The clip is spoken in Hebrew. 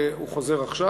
והוא חוזר עכשיו.